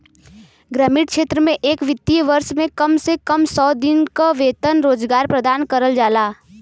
ग्रामीण क्षेत्र में एक वित्तीय वर्ष में कम से कम सौ दिन क वेतन रोजगार प्रदान करल जाला